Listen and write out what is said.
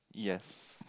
yes